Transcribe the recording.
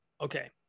Okay